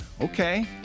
okay